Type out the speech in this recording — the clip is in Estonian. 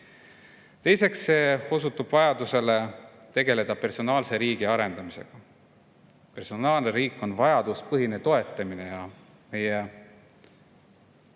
Teiseks, see osutab vajadusele tegeleda personaalse riigi arendamisega. Personaalne riik on vajaduspõhine toetamine. Meie